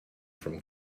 from